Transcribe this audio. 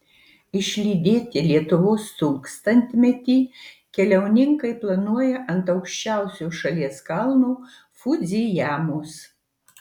išlydėti lietuvos tūkstantmetį keliauninkai planuoja ant aukščiausio šalies kalno fudzijamos